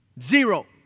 Zero